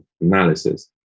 analysis